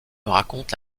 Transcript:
raconte